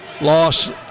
loss